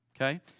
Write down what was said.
okay